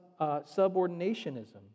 subordinationism